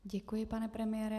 Děkuji, pane premiére.